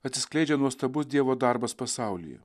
atsiskleidžia nuostabus dievo darbas pasaulyje